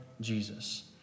Jesus